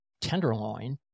tenderloin